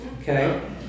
okay